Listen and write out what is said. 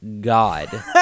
God